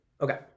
Okay